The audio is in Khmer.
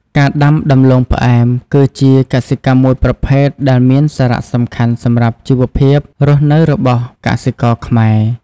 ការដាំដំឡូងផ្អែមគឺជាកសិកម្មមួយប្រភេទដែលមានសារសំខាន់សម្រាប់ជីវភាពរស់នៅរបស់កសិករខ្មែរ។